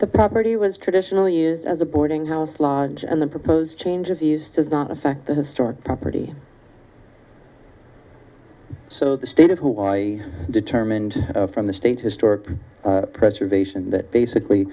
the property was traditionally is as a boarding house lodge and the proposed change of these does not affect the historic property so the state of hawaii determined from the state historic preservation that basically